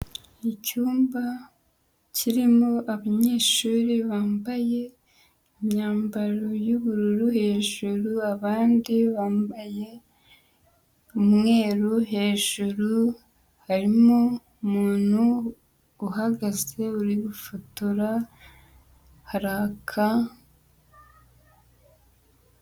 Icyumba kirimo abanyeshuri bambaye imyambaro y'ubururu hejuru, abandi bambaye umweru hejuru, harimo umuntu uhagaze uri gufotora, haraka.